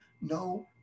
no